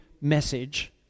message